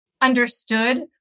understood